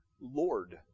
Lord